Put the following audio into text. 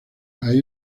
hay